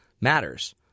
matters